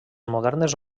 modernes